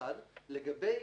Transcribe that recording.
לגבי